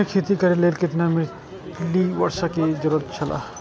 धान के खेती करे के लेल कितना मिली वर्षा के जरूरत छला?